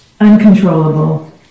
uncontrollable